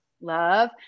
Love